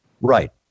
Right